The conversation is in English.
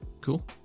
Cool